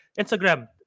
Instagram